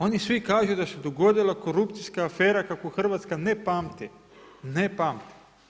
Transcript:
Oni svi kažu da se dogodila korupcijska afera kakvu Hrvatska ne pamti, ne pamti.